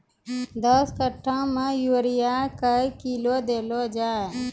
दस कट्ठा मे यूरिया क्या किलो देलो जाय?